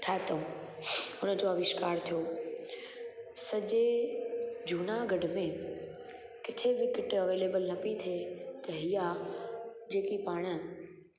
ठाहियऊं उनजो अविष्कार थियो सॼे जूनागढ़ में किथे बि किट अवेलेबल न पई थिए त इहा जेकी पाण